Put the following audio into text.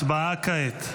ההצבעה כעת.